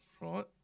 right